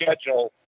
schedule